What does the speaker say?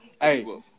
Hey